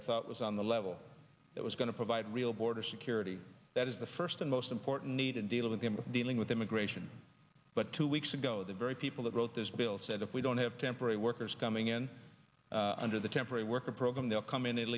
i thought was on the level that was going to provide real border security that is the first and most important need in dealing with dealing with immigration but two weeks ago the very people that wrote this bill said if we don't have temporary workers coming in under the temporary worker program they'll come in